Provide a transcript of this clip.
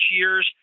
years